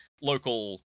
local